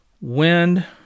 wind